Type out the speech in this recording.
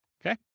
okay